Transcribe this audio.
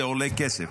זה עולה כסף.